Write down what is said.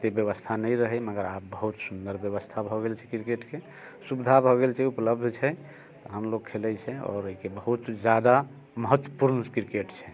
एतेक व्यवस्था नहि रहय मगर आब बहुत सुन्दर व्यवस्था भऽ गेल छै क्रिकेटके सुविधा भऽ गेल छै उपलब्ध छै सब लोग खेलैत छै एकर बहुत जादा महत्वपूर्ण क्रिकेट छै